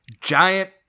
giant